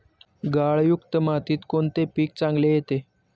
गाळयुक्त मातीत कोणते पीक चांगले येते?